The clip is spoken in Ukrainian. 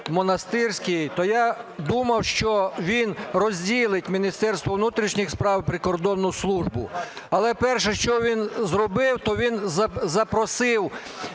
Монастирський, то я думав, що він розділить Міністерство внутрішніх справ і Прикордонну службу. Але перше, що він зробив, то він запросив